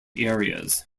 areas